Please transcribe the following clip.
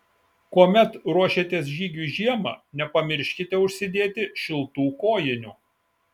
kuomet ruošiatės žygiui žiemą nepamirškite užsidėti šiltų kojinių